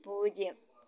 പൂജ്യം